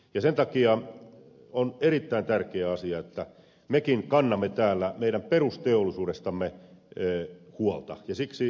sen takia on erittäin tärkeä asia että mekin kannamme täällä meidän perusteollisuudestamme huolta ja siksi arvoisa ed